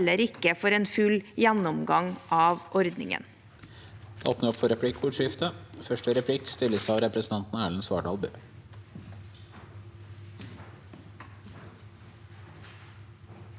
heller ikke for en full gjennomgang av ordningen.